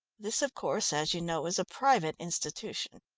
this, of course, as you know, is a private institution.